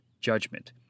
judgment